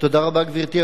השר ישי,